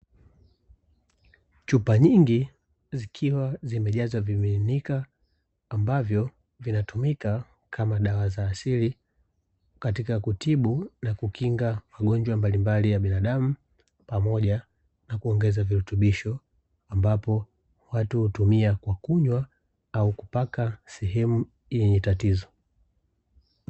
Chupa nyingi zikiwa zimejazwa vimiminika ambavyo vinatumika kama dawa za asili katika kutibu na kukinga magonjwa mbalimbali ya binadamu pamoja na kuongeza virutubisho, ambapo watu hutumia kwa kunywa au kupaka sehemu yenye tatizo.